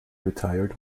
retired